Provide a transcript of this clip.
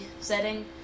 setting